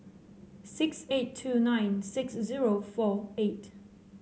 six eight two nine six zero four eight